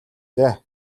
дээ